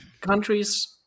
countries